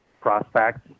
prospects